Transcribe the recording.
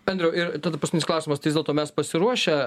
andriau ir tada paskutinis klausimas tai vis dėlto mes pasiruošę